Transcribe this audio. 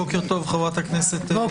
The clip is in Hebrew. בוקר טוב חברת הכנסת וולדיגר.